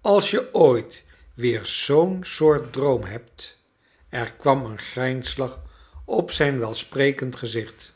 als je ooit weer zoo'n soort droom hebt er kwam een grijnslacb op zijn welsprekend gezicht